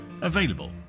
Available